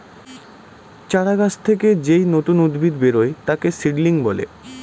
চারা গাছ থেকে যেই নতুন উদ্ভিদ বেরোয় তাকে সিডলিং বলে